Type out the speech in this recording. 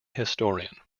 historian